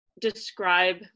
describe